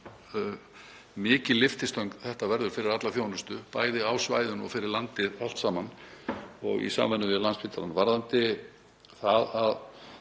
mikil lyftistöng þetta verður fyrir alla þjónustu, bæði á svæðinu og fyrir landið allt saman og í samvinnu við Landspítalann. Varðandi það að